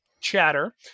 chatter